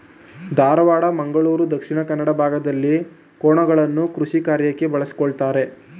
ಧಾರವಾಡ, ಮಂಗಳೂರು ದಕ್ಷಿಣ ಕನ್ನಡ ಭಾಗಗಳಲ್ಲಿ ಕೋಣಗಳನ್ನು ಕೃಷಿಕಾರ್ಯಕ್ಕೆ ಬಳಸ್ಕೊಳತರೆ